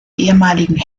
ehemaligen